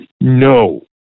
No